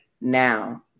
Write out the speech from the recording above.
now